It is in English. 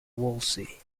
wolsey